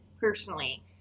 personally